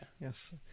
Yes